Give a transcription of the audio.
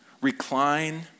Recline